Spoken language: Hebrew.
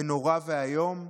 זה נורא ואיום,